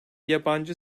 yabancı